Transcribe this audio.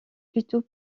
plutôt